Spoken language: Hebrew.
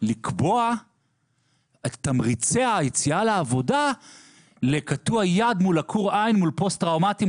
לקבוע את תמריצי היציאה לעבודה לקטוע יד מול עקור עין מול פוסט טראומטי.